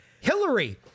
Hillary